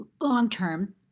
long-term